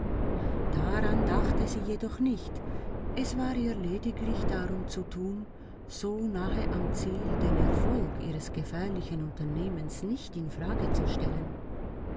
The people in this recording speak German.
daran dachte sie jedoch nicht es war ihr lediglich darum zu tun so nahe am ziel den erfolg ihres gefährlichen unternehmens nicht in frage zu stellen